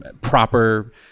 proper